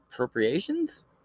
Appropriations